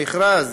המכרז,